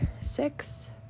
six